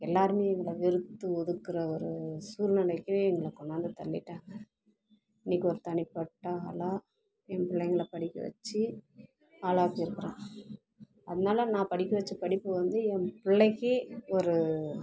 எல்லாருமே எங்களை வெறுத்து ஒதுக்குற ஒரு சூழ்நிலைக்கி எங்களை கொண்டாந்து தள்ளிட்டாங்கள் இன்றைக்கி ஒரு தனிப்பட்ட ஆளாக என் பிள்ளைங்கள படிக்க வச்சி ஆளாக்கிருக்குறேன் அதனால் நான் படிக்க வச்ச படிப்பு வந்து என் பிள்ளைக்கி ஒரு